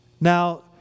Now